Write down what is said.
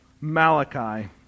Malachi